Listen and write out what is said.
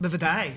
בוודאי,